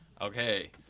Okay